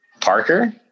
Parker